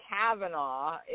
Kavanaugh